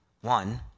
One